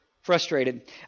frustrated